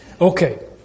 Okay